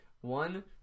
One